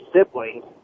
siblings